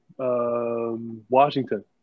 Washington